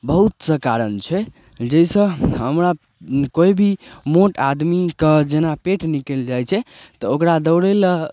बहुत सा कारण छै जाहिसऽ हमरा कोइ भी मोट आदमीके जेना पेट निकलि जाइ छै तऽ ओकरा दौड़य लए